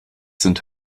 sind